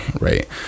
right